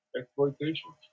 exploitation